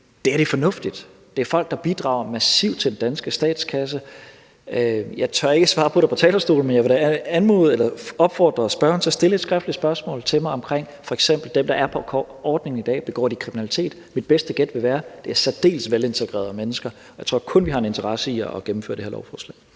det her er fornuftigt. Det er folk, der bidrager massivt til den danske statskasse. Jeg tør ikke svare på det på talerstolen, men jeg vil da opfordre spørgeren til at stille et skriftligt spørgsmål til mig om f.eks. dem, der er på ordningen i dag: Begår de kriminalitet? Mit bedste gæt vil være, at det er særdeles velintegrerede mennesker, og jeg tror kun, vi har en interesse i at gennemføre det her lovforslag.